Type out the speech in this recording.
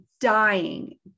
dying